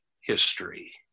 history